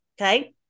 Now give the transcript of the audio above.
Okay